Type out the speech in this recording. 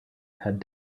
had